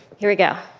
here we go.